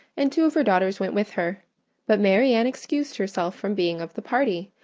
and two of her daughters went with her but marianne excused herself from being of the party,